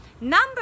number